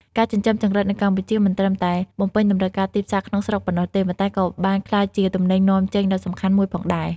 ការចិញ្ចឹមចង្រិតនៅកម្ពុជាមិនត្រឹមតែបំពេញតម្រូវការទីផ្សារក្នុងស្រុកប៉ុណ្ណោះទេ ប៉ុន្តែក៏បានក្លាយជាទំនិញនាំចេញដ៏សំខាន់មួយផងដែរ។